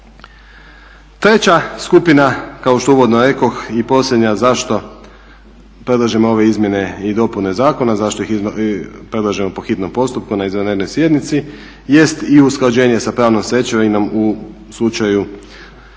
Treća skupina kao što uvodno rekoh i posljednja zašto predlažemo ove izmjene i dopune zakona, zašto ih predlažemo po hitnom postupku na izvanrednoj sjednici jest i usklađenje sa pravnom stečevinom u slučaju,